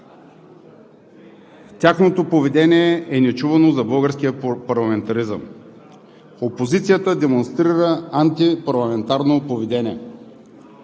Тяхното поведение е нечувано за българския парламентаризъм. Опозицията демонстрира антипарламентарно поведение.“